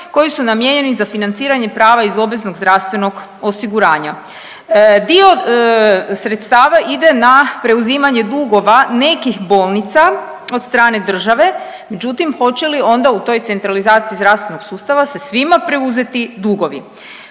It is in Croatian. koji su namijenjeni za financiranje prava iz obveznog zdravstvenog osiguranja. Dio sredstava ide na preuzimanje dugova nekih bolnica od strane države, međutim hoće li onda u toj centralizaciji zdravstvenog sustava se svima preuzeti dugovi.